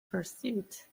pursuit